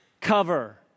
cover